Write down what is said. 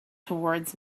towards